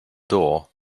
door